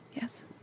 Yes